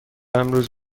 امروز